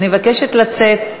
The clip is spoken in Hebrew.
אני מבקשת לצאת.